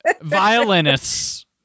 Violinists